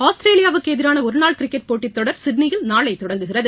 ஆஸ்திரேலியாவுக்கு எதிரான ஒருநாள் கிரிக்கெட் போட்டித் தொடர் சிட்னியில் நாளை தொடங்குகிறது